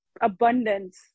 abundance